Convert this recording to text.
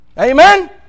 Amen